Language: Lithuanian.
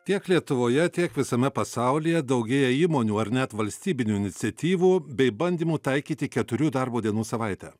tiek lietuvoje tiek visame pasaulyje daugėja įmonių ar net valstybinių iniciatyvų bei bandymų taikyti keturių darbo dienų savaitę